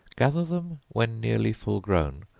gather them when nearly full grown,